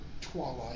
twilight